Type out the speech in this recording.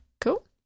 Cool